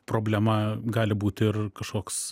problema gali būti ir kažkoks